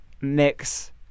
Mix